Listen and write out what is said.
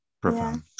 profound